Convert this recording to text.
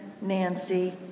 Nancy